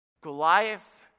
Goliath